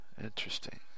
Interesting